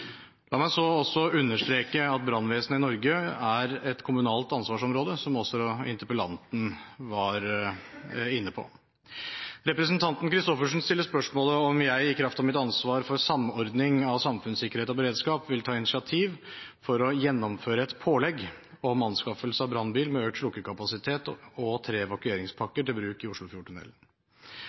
La meg så også understreke at brannvesenet i Norge er et kommunalt ansvarsområde, som også interpellanten var inne på. Representanten Christoffersen stiller spørsmålet om jeg i kraft av mitt ansvar for samordning av samfunnssikkerhet og beredskap vil ta initiativ til å gjennomføre et pålegg om anskaffelse av brannbil med økt slukkekapasitet og tre evakueringspakker til bruk i Oslofjordtunnelen.